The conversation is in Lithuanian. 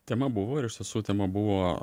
tema buvo ir iš tiesų tema buvo